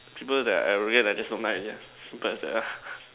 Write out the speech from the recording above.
people that I really like just don't like yeah cause they are